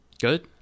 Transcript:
Good